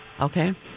Okay